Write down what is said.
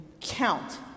count